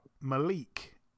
Malik